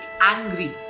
angry